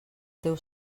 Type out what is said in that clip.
teu